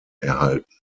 erhalten